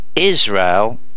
Israel